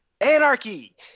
Anarchy